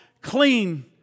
clean